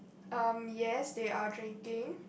um yes they are drinking